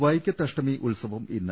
വൈക്കത്തഷ്ടമി ഉത്സവം ഇന്ന്